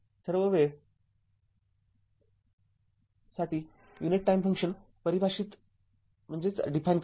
सर्व वेळ साठी युनिट टाइम फंक्शन परिभाषित करा